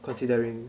considering